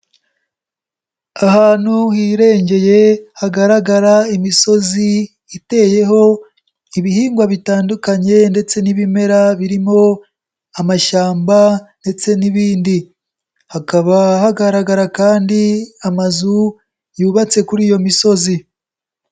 Ahantu hirengeye hagaragara imisozi iteyeho ibihingwa bitandukanye ndetse n'ibimera birimo amashyamba ndetse n'ibindi, hakaba hagaragara kandi amazu yubatse kuri iyo misozi.